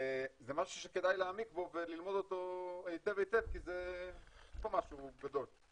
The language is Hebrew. זה משהו שכדאי להעמיק בו וללמוד אותו היטב היטב כי יש פה משהו גדול.